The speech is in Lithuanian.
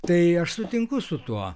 tai aš sutinku su tuo